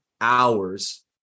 hours